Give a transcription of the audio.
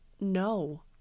No